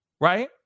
right